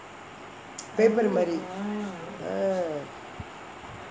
paper மாரி:maari